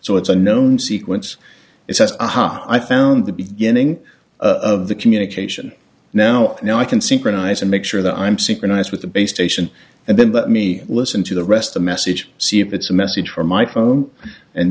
so it's a known sequence it says aha i found the beginning of the communication now now i can synchronize and make sure that i'm synchronize with the base station and then let me listen to the rest the message see if it's a message from my phone and